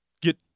get